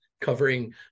covering